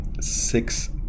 six